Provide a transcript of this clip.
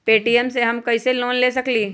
Paytm से हम कईसे लोन ले सकीले?